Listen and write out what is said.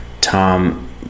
Tom